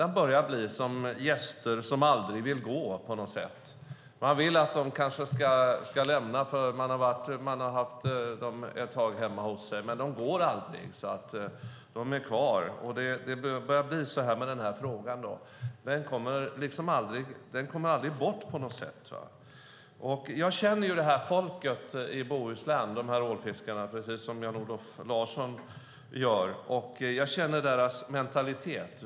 Den börjar på något sätt bli som gäster som aldrig vill gå. Man vill att de kanske ska lämna för man har haft dem hemma hos sig ett tag, men de går aldrig. De är kvar. Det börjar bli så med den här frågan också. Den kommer på något sätt aldrig bort. Jag känner ju folket i Bohuslän, de här ålfiskarna, precis som Jan-Olof Larsson gör. Jag känner deras mentalitet.